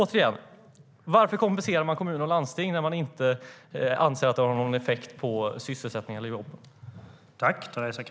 Återigen: Varför kompenserar man kommuner och landsting när man inte anser att det har någon effekt på sysselsättningen eller jobben?